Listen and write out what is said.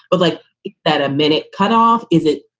would like that a minute cut off, is it?